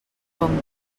bon